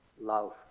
love